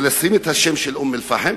שמים את השם של אום-אל-פחם,